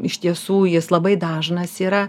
iš tiesų jis labai dažnas yra